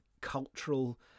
cultural